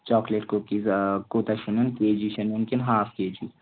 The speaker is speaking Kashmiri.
چاکلیٹ کُکیٖز آ کوٗتاہ چھُ نِیُن کے جی چھا نِیُن کِنہٕ ہاف کے جی